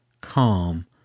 calm